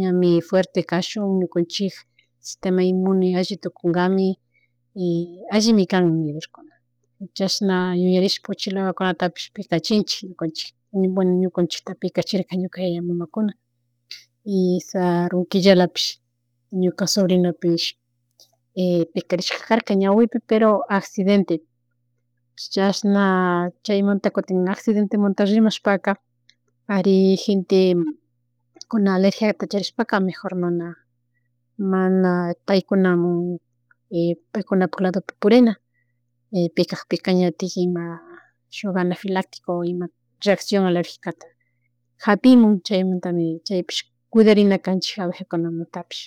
Ñami fuerte kashun ñukunchik sistema inmune alli tukunkami y allimi kan nidur kuna chashna yuyarishpa uchilala kunapish pikachinchik ñukanchik bueno, ñukanchiktapish pikachirka ñuka yaya, mamakuna y sarun killalapish ñuka sobrinopish y pikarishkakar ñawipi pero accidente chashna chaymanta kutin accidentemunta rimashpaka ari gente kuna alergiata charishpaka mejor mana mana, paykunaman paykunapuk laduta purina pikackpika ñatik ima shuk anafilactico ima reaccion alergita japimun chaymantami chaypis kuydarinachanchik abejamuntapish